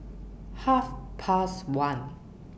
Half Past one